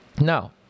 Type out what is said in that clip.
Now